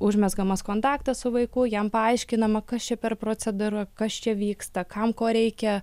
užmezgamas kontaktas su vaiku jam paaiškinama kas čia per procedūra kas čia vyksta kam ko reikia